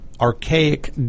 archaic